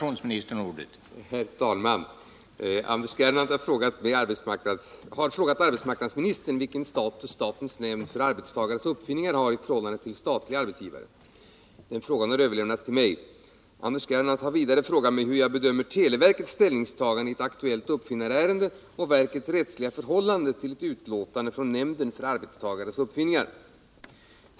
Herr talman! Anders Gernandt har frågat arbetsmarknadsministern vilken status statens nämnd för arbetstagares uppfinningar har i förhållande till statliga arbetsgivare. Frågan har överlämnats till mig. Anders Gernandt har vidare frågat mig hur jag bedömer televerkets ställningstagande i ett aktuellt uppfinnarärende, och verkets rättsliga förhållande till ett utlåtande från nämnden för arbetstagares uppfinningar.